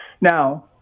Now